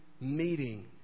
meeting